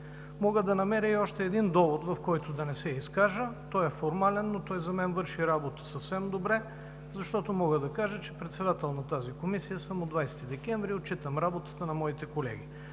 Мога да намеря и още един довод, в който да не се изкажа, той е формален, но той за мен върши работа съвсем добре, защото мога да кажа, че съм председател на тази комисия от 20 декември и отчитам работата на моите колеги.